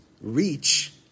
reach